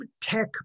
tech